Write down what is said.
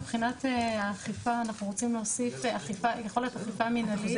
מבחינת האכיפה אנחנו רוצים להוסיף יכולת אכיפה מנהלית,